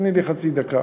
תני לי חצי דקה,